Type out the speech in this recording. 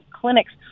clinics